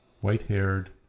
white-haired